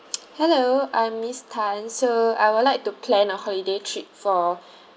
hello I'm miss tan so I would like to plan a holiday trip for